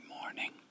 morning